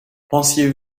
pensiez